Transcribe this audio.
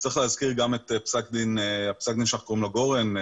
צריך להזכיר את פסק הדין שאנחנו קוראים לו גורן,